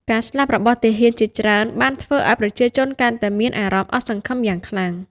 ការស្លាប់របស់ទាហានជាច្រើនបានធ្វើឲ្យប្រជាជនកាន់តែមានអារម្មណ៍អស់សង្ឃឹមយ៉ាងខ្លាំង។